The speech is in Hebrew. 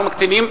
אנחנו מקטינים,